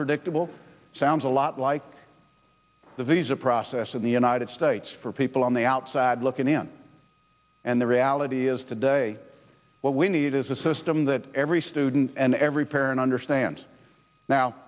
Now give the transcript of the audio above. predictable sounds a lot like the visa process in the united states for people on the outside looking in and the reality is today what we need is a system that every student and every parent understand